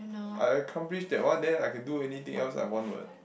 I accomplish that one then I can do anything else I want what